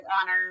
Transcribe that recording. honor